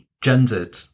gendered